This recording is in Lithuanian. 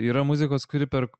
yra muzikos kuri per